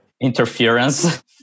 interference